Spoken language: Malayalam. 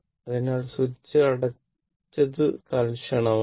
അതിനാൽ സ്വിച്ച് അടച്ചതു തൽക്ഷണം ആണ്